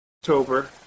October